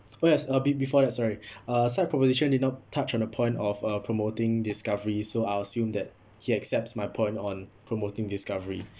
oh yes uh be~ before that sorry uh side proposition did not touch on a point of uh promoting discovery so I'll assume that he accepts my point on promoting discovery